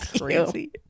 crazy